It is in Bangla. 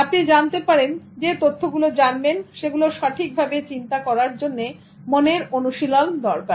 আপনি জানতে পারেন যে তথ্যগুলো জানবেন সেগুলো সঠিক ভাবে চিন্তা করার জন্য মনের অনুশীলন দরকার